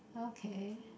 okay